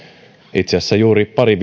itse asiassa juuri pari